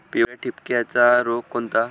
पिवळ्या ठिपक्याचा रोग कोणता?